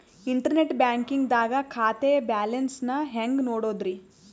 Internet banking ದಾಗ ಖಾತೆಯ balance ನ ಹೆಂಗ್ ನೋಡುದ್ರಿ?